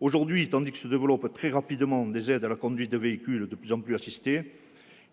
Aujourd'hui, tandis que se développent très rapidement les aides à la conduite de véhicules de plus en plus assistés,